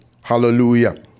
Hallelujah